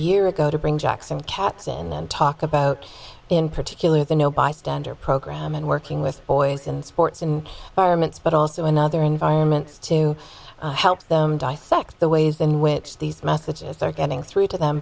year ago to bring jack some cats in and talk about in particular the no bystander program and working with boys in sports in parliament but also in other environments to help them dissect the ways in which these messages are getting through to them